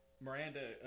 Miranda